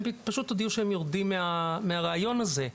הם פשוט הודיעו שהם יורדים מהרעיון הזה.